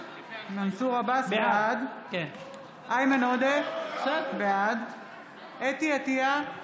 בעד איימן עודה, בעד חוה אתי עטייה,